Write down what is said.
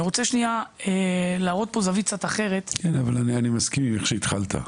אני רוצה להראות פה זווית קצת אחרת --- אני מסכים עם איך שהתחלת.